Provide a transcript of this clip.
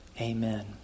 amen